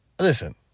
listen